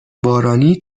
بارانی